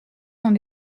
dans